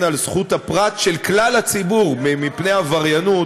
על זכות הפרט של כלל הציבור מפני עבריינות,